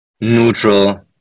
neutral